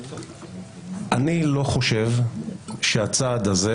אני לא חושב שהצעד הזה